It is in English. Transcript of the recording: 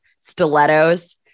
stilettos